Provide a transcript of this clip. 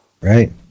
Right